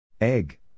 Egg